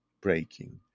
breaking